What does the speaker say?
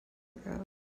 ago